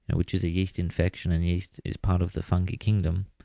and which is a yeast infection, and yeast is part of the fungi kingdom.